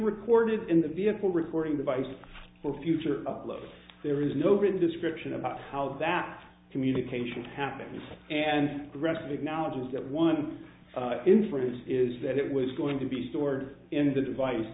recorded in the vehicle recording device for future upload there is no written description about how that communication happened and the rest of knowledge is that one inference is that it was going to be stored in the device